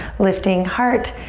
lifting heart,